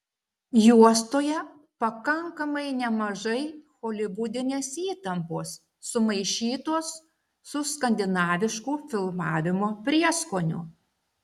juostoje pakankamai nemažai holivudinės įtampos sumaišytos su skandinavišku filmavimo prieskoniu